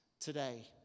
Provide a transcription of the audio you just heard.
Today